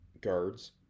guards